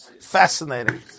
Fascinating